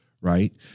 right